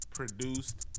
produced